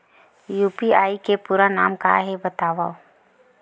UPI के पूरा नाम का हे बतावव?